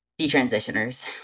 detransitioners